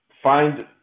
Find